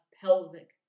pelvic